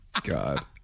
God